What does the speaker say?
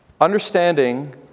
Understanding